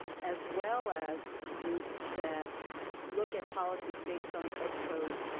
as well as groups that look at policies based on ed code,